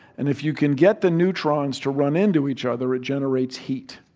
and if you can get the neutrons to run into each other, it generates heat.